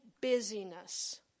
busyness